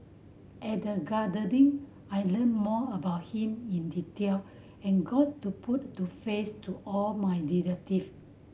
at the gathering I learnt more about him in detail and got to put to face to all my relative